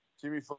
Jimmy